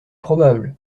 probable